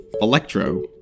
Electro